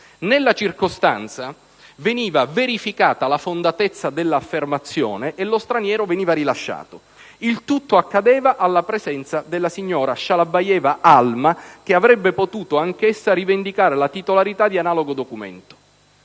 Nella circostanza veniva verificata la fondatezza dell'affermazione e lo straniero veniva rilasciato. Il tutto accadeva alla presenza della Shalabayeva Alma che avrebbe potuto anch'essa rivendicare la titolarità di analogo documento.